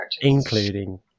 including